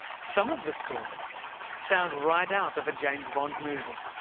some of the stories sound right out of a james bond movie.